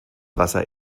wasser